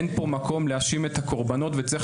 אין פה מקום להאשים את הקורבנות וצריך